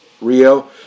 Rio